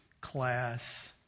class